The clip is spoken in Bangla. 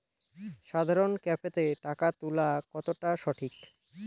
সাধারণ ক্যাফেতে টাকা তুলা কতটা সঠিক?